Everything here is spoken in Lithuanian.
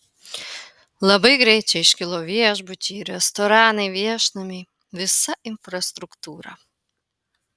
labai greit čia iškilo viešbučiai restoranai viešnamiai visa infrastruktūra